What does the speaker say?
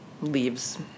leaves